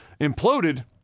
imploded